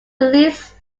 release